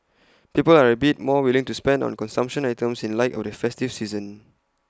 people are A bit more willing to spend on consumption items in light of the festive season